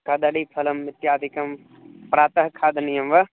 कदळिफलम् इत्यादिकं प्रातः खादनीयं वा